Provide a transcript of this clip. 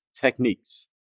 techniques